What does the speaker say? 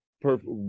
perfect